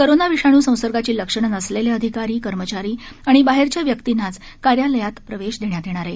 corona विषाणू संसर्गाची लक्षणं नसलेले अधिकारी कर्मचारी आणि बाहेरच्या व्यक्तींनाच कार्यालयात प्रवेश देण्यात येणार आहेत